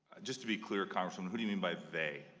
just to be clear congresswoman, what you mean by they?